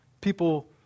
people